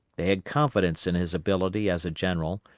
they had confidence in his ability as a general,